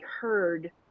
heard